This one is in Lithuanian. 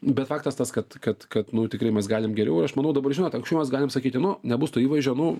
bet faktas tas kad kad kad nu tikrai mes galim geriau ir aš manau dabar žinot anksčiau mes galim sakyti nu nebus to įvaizdžio nu